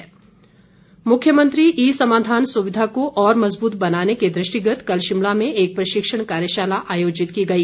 ई समाधान मुख्यमंत्री ई समाधान सुविधा को और मज़बूत बनाने के दृष्टिगत कल शिमला में एक प्रशिक्षण कार्यशाला आयोजित की गई